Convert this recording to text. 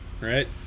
right